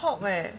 pork eh